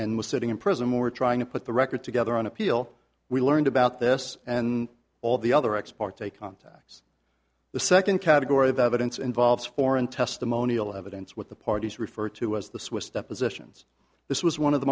was sitting in prison we're trying to put the record together on appeal we learned about this and all the other ex parte contacts the second category of evidence involves foreign testimonial evidence what the parties refer to as the swiss depositions this was one of the